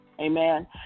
Amen